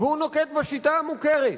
והוא נוקט את השיטה המוכרת,